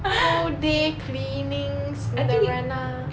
whole day cleaning cinderella